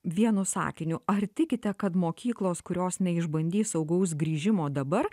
vienu sakiniu ar tikite kad mokyklos kurios neišbandys saugaus grįžimo dabar